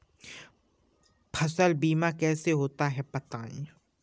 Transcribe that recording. फसल बीमा कैसे होता है बताएँ?